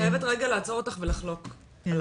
אני חייבת רגע לעצור אותך ולחלוק עלייך.